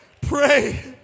pray